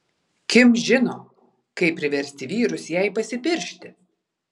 kim žino kaip priversti vyrus jai pasipiršti